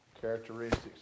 characteristics